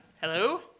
Hello